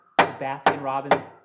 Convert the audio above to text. Baskin-Robbins